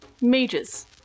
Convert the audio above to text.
mages